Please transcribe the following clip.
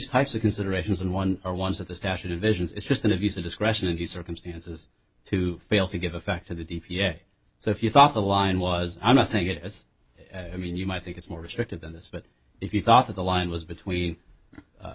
types of considerations and one are ones that the statute divisions is just an abuse of discretion in the circumstances to fail to give effect to the d p a so if you thought the line was i'm not saying it as i mean you might think it's more restrictive than this but if you thought that the line was between